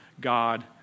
God